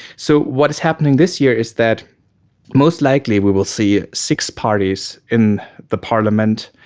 so what is happening this year is that most likely we will see six parties in the parliament,